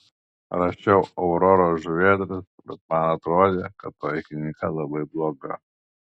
rašiau auroros žuvėdras bet man atrodė kad toji knyga labai bloga